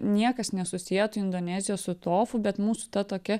niekas nesusietų indonezijos su tofu bet mūsų ta tokia